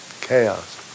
chaos